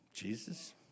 Jesus